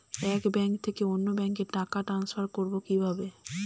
এক ব্যাংক থেকে অন্য ব্যাংকে টাকা ট্রান্সফার করবো কিভাবে?